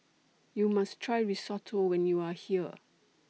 YOU must Try Risotto when YOU Are here